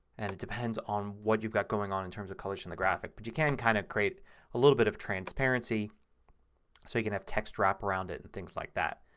and it depends on what you've got going on in terms of colors in the graphic. but you can kind of create a little bit of transparency so you can have text wrap around it and things like that.